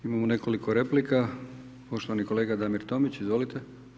Imamo nekoliko replika, poštovani kolega Damir Tomić, izvolite.